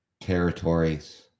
territories